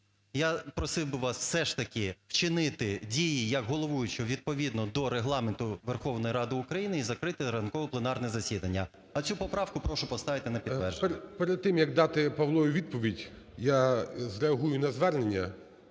Я просив би вас все ж таки вчинити дії як головуючого відповідно до Регламенту Верховної Ради України і закрити ранкове пленарне засідання. А цю поправку прошу поставити на підтвердження. ГОЛОВУЮЧИЙ. Перед тим як дати Павлові відповідь, я зреагую на звернення